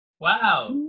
Wow